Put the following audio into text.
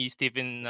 Stephen